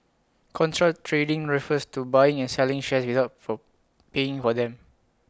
contra trading refers to buying and selling shares without for paying for them